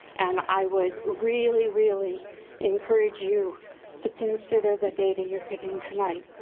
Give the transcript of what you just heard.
and i would really, really encourage you to consider the data you're getting tonight.